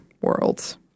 worlds